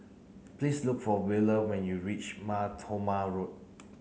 please look for Wheeler when you reach Mar Thoma Road